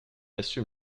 assume